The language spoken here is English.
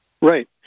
Right